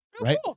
Right